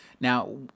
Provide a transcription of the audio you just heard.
Now